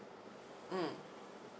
mm